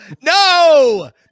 No